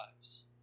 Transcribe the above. lives